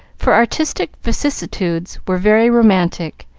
for artistic vicissitudes were very romantic,